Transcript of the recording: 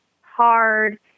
hard